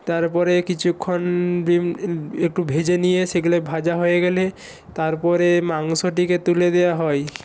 তারপরে কিছুক্ষণ বিন একটু ভেজে নিয়ে সেগুলো ভাজা হয়ে গেলে তারপরে মাংসটিকে তুলে দেওয়া হয়